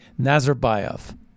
Nazarbayev